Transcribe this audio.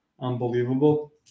unbelievable